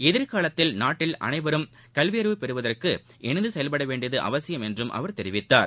எதிர்காலத்தில் நாட்டில் அனைவரும் கல்வியறிவு பெறுவதற்கு இணைந்துசெயல்படவேண்டியதுஅவசியம் என்றும்அவர் தெரிவித்தார்